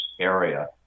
area